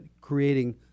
creating